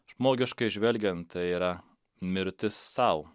žmogiškai žvelgiant tai yra mirtis sau